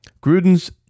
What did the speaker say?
Gruden's